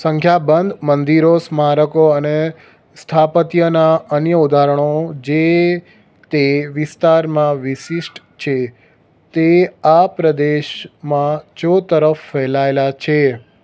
સંખ્યાબંધ મંદિરો સ્મારકો અને સ્થાપત્યનાં અન્ય ઉદાહરણો જે તે વિસ્તારમાં વિશિષ્ટ છે તે આ પ્રદેશમાં ચોતરફ ફેલાયેલાં છે